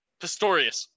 Pistorius